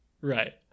right